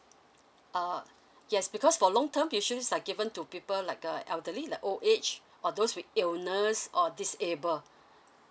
err yes because for long term patients like given to people like uh elderly like old age or those with illness or disable